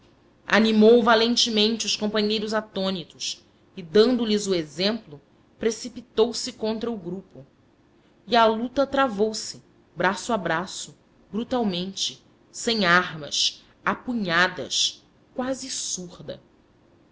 dirigiu animou valentemente os companheiros atônitos e dando-lhes o exemplo precipitou-se contra o grupo e a luta travou-se braço a braço brutalmente sem armas a punhadas quase surda